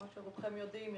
כמו שרובכם יודעים,